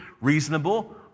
reasonable